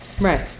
Right